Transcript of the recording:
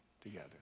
together